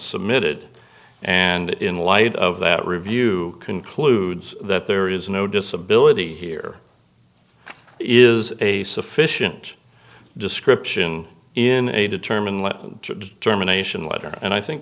submitted and in light of that review concludes that there is no disability here is a sufficient description in a determined germination letter and i think